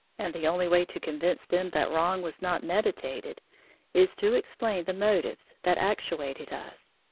and the only way to convince them that wrong was not meditated is to explain the motives that actuated us.